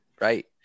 Right